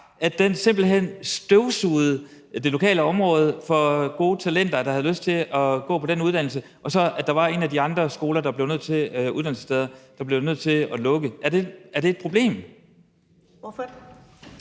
så den simpelt hen støvsugede det lokale område for gode talenter, der havde lyst til at gå på den uddannelse, så et af de andre uddannelsessteder blev nødt til at lukke? Er det et problem? Kl.